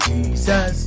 Jesus